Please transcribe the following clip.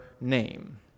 name